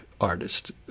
artist